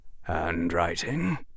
handwriting